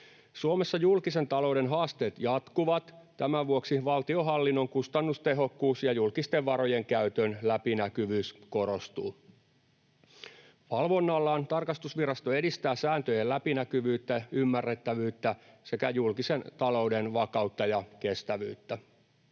Suomessa julkisen talouden haasteet jatkuvat. Tämän vuoksi valtionhallinnon kustannustehokkuus ja julkisten varojen käytön läpinäkyvyys korostuvat. Valvonnallaan tarkastusvirasto edistää sääntöjen läpinäkyvyyttä, ymmärrettävyyttä sekä julkisen talouden vakautta ja kestävyyttä.